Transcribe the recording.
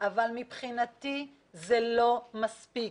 אבל מבחינתי זה לא מספיק.